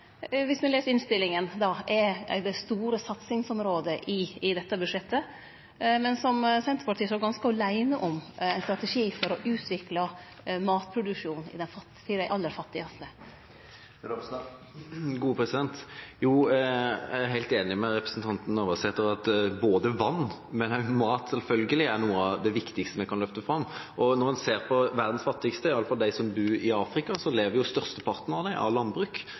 viss me les innstillinga, er det store satsingsområdet i dette budsjettet? For Senterpartiet står ganske aleine om ein strategi for å utvikle matproduksjonen for dei aller fattigaste. Jeg er helt enig med representanten Navarsete i at både vann og mat selvfølgelig er noe av det viktigste vi kan løfte fram. Når en ser på verdens fattigste, i alle fall de som bor i Afrika, lever størsteparten av dem av landbruk.